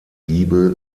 giebel